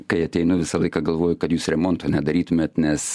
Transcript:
kai ateinu visą laiką galvoju kad jūs remonto nedarytumėt nes